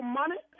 money